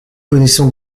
connaissons